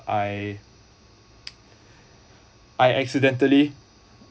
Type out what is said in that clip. I I accidentally